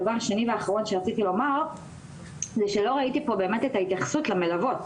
דבר שני ואחרון שרציתי לומר זה שלא ראיתי פה באמת את ההתייחסות למלוות,